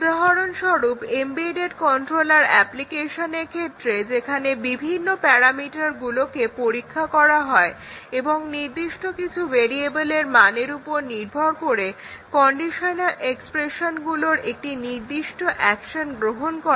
উদাহরণস্বরূপ embedded controller অ্যাপ্লিকেশনের ক্ষেত্রে যেখানে বিভিন্ন প্যারামিটারগুলোকে পরীক্ষা করা হয় এবং নির্দিষ্ট কিছু ভেরিয়েবলের মানের উপর নির্ভর করে কন্ডিশনাল এক্সপ্রেশনগুলো নির্দিষ্ট অ্যাকশন গ্রহণ করে